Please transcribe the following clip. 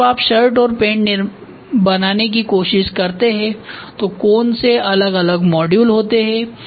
इसलिए जब आप शर्ट और पैंट बनाने की कोशिश करते हैं तो कौन से अलग अलग मॉड्यूल होते हैं